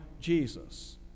Jesus